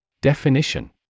Definition